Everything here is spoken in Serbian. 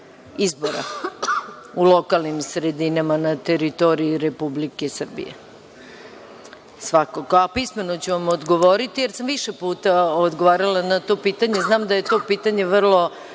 izbora u lokalnim sredinama na teritoriji Republike Srbije. Pismeno ću vam odgovoriti, jer sam više puta odgovarala na to pitanje. I znam da je to pitanje vrlo